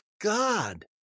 God